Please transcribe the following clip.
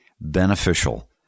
beneficial